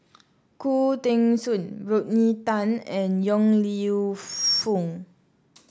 Khoo Teng Soon Rodney Tan and Yong Lew Foong